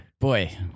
Boy